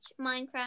Minecraft